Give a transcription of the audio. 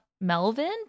melvin